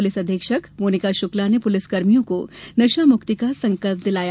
police अधीक्षक मोनिका शुक्ला ने पुलिस कर्मियों को नशा मुक्ति का संकल्प दिलाया